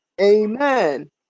Amen